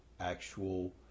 actual